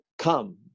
Come